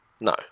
No